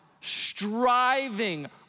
striving